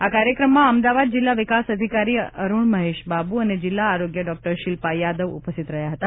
આ કાર્યક્રમમાં અમદાવાદ જિલ્લા વિકાસ અધિકારી અરૂણ મહેશ બાબુ અને જિલ્લા આરોગ્ય ડોક્ટર શિલ્પા યાદવ ઉપસ્થિત રહ્યા હતા